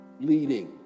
leading